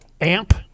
Amp